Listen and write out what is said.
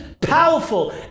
powerful